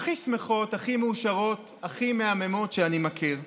הכי שמחות, הכי מאושרות, הכי מהממות שאני מכיר.